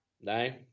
No